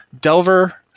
Delver